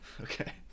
Okay